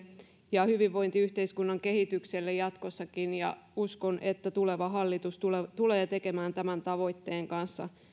ja hyvinvointiyhteiskunnan kehitykselle jatkossakin ja uskon että tuleva hallitus tulee tulee tekemään tämän tavoitteen kanssa